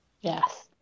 Yes